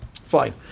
fine